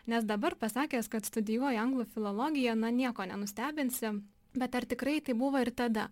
nes dabar pasakęs kad studijuoju anglų filologiją na nieko nenustebinsi bet ar tikrai taip buvo ir tada